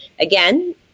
Again